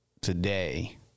today